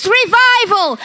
revival